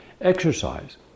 exercise